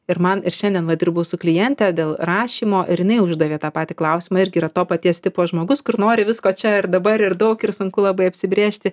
ir man ir šiandien va dirbau su kliente dėl rašymo ir jinai uždavė tą patį klausimą irgi yra to paties tipo žmogus kur nori visko čia ir dabar ir daug ir sunku labai apsibrėžti